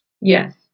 Yes